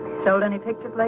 sold anything.